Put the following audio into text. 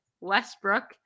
Westbrook